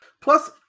plus